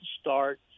start